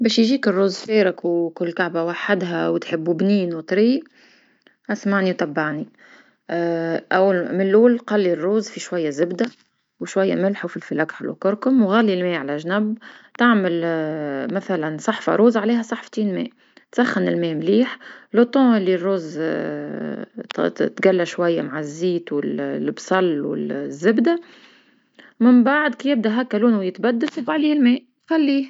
باش يجيك الروز فارك وكل كعبة وحدها وتحبو بنين وطريق أسمعني وتبعني، اول من لول قلي الروز في شوية زبدة وشوية ملح وفلفل اكحل وكركم وغالي الماء على جناب، تعمل مثلا صحفة روز عليها صحفتين ماء، تسخن المء مليح، في الوقت لي روز تقلى شوية مع زيت والبصل وزبدة، من بعد كي يبدا هكا لنو يتبدل صب عليه الما وخليه.